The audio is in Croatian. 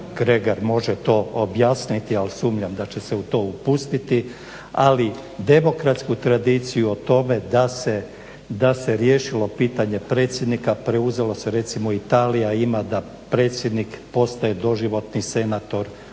Kregar može to objasniti ali sumnjam da će se u to upustiti, ali demokratsku tradiciju o tome da se riješilo pitanje predsjednika preuzelo se, recimo Italija ima da predsjednik postaje doživotni senator